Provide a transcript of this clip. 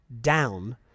down